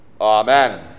Amen